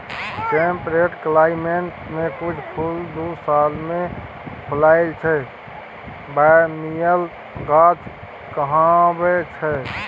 temperate climate मे किछ फुल दु साल मे फुलाइ छै बायनियल गाछ कहाबै छै